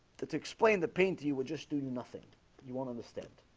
that explained the pain to you would just do nothing you won't understand